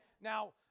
Now